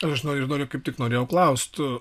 aš noriu noriu kaip tik norėjau klaust